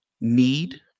need